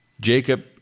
Jacob